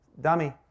dummy